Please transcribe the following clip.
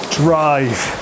drive